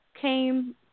came